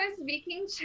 speaking